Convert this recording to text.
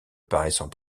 paraissant